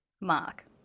Mark